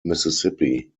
mississippi